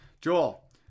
Joel